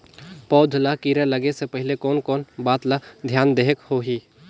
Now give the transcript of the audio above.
पौध ला कीरा लगे से पहले कोन कोन बात ला धियान देहेक होही?